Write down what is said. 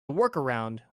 workaround